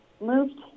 moved